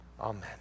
Amen